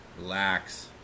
relax